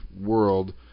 world